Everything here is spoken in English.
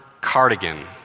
Cardigan